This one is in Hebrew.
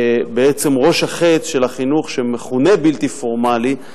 בעצם, ראש החץ של החינוך שמכונה "בלתי פורמלי"